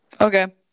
Okay